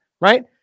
right